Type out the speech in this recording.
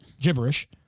Gibberish